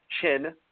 chin